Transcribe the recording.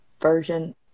version